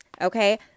Okay